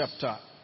chapter